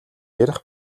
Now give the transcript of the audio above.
ярих